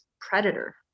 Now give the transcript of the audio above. predator